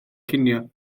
cinio